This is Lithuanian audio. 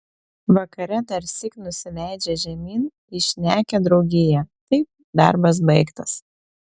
vakare darsyk nusileidžia žemyn į šnekią draugiją taip darbas baigtas